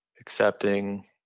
accepting